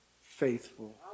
faithful